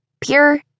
pure